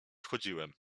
wchodziłem